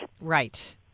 Right